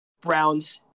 Browns